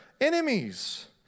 enemies